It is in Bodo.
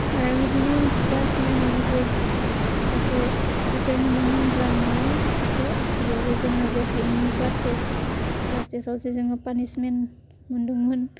आरो बिदिनो क्लास नाइनावबो जे सासे टिचार मोनदोंमोन ग्रामार टिचार बेयावबो जों जे हायिनि क्लास टेस्ट क्लास टेस्टआव जे जोङो पानिशमेन्त मोनदोंमोन